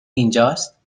اینجاست